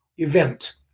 Event